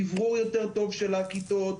אוורור יותר טוב של הכיתות,